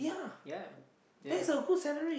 yeah yeah